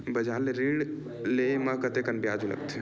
बजार ले ऋण ले म कतेकन ब्याज लगथे?